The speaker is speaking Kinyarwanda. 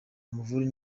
bamuvura